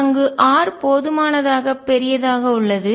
அங்கு R போதுமானதாக பெரியதாக உள்ளது